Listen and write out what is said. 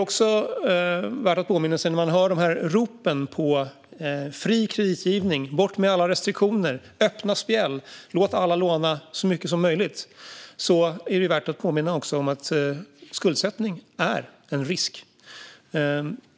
När vi hör dessa rop på fri kreditgivning - bort med alla restriktioner, öppna spjäll och låt alla låna så mycket som möjligt - är det värt att påminna om att skuldsättning är en risk.